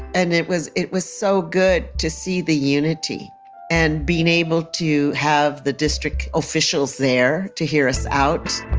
and it was it was so good to see the unity and being able to have the district officials there to hear us out